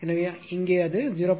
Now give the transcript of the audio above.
எனவே இங்கே அது 0